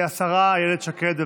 השרה אילת שקד.